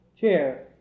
chair